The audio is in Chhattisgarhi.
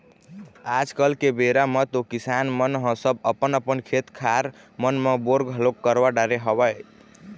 आज के बेरा म तो किसान मन ह सब अपन अपन खेत खार मन म बोर घलोक करवा डरे हवय